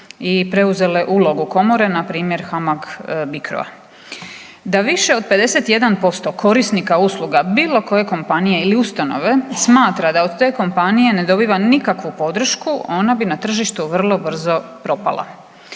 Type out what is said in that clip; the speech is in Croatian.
i preuzele ulogu komore npr. HAMAG-BRICRO-a. Da više od 51% korisnika usluga bilo koje kompanije ili ustanove smatra da od te kompanije ne dobiva nikakvu podršku ona bi na tržištu vrlo brzo propala.